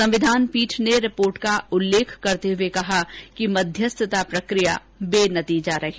संविधान पीठ ने रिपोर्ट का उल्लेख करते हुए कहा कि मध्यस्थता प्रक्रिया बेनतीजा रही